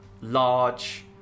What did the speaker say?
large